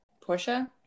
Portia